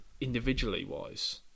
individually-wise